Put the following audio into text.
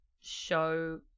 show